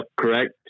Correct